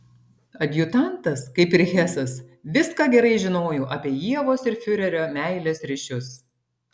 adjutantas kaip ir hesas viską gerai žinojo apie ievos ir fiurerio meilės ryšius